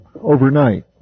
overnight